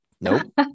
nope